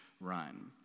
run